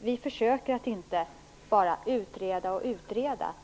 Vi försöker att inte bara utreda.